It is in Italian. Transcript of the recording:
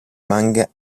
manga